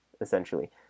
essentially